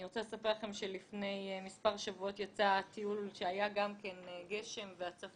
אני רוצה לספר שלפני מספר שבועות כשהיה גשם וחשש